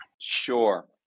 Sure